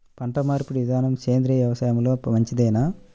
పంటమార్పిడి విధానము సేంద్రియ వ్యవసాయంలో మంచిదేనా?